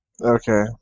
Okay